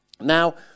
Now